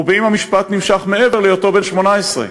ואם המשפט נמשך מעבר להיותו בן 18,